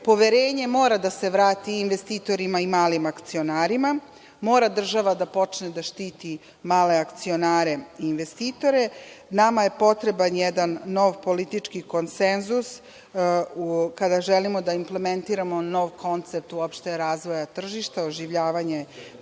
Poverenje mora da se vrati investitorima i malim akcionarima. Mora država da počne da štiti male akcionare, investitore. Nama je potreban jedan nov politički konsenzus kada želimo da implementiramo nov koncept, uopšte razvoja tržišta, oživljavanje berza